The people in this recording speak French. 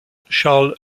charles